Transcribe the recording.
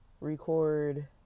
record